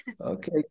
Okay